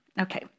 Okay